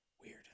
Weird